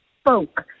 spoke